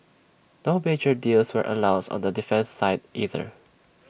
no major deals were announced on the defence side either